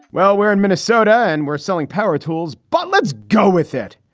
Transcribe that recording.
well, we're in minnesota and we're selling power tools, but let's go with it.